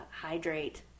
Hydrate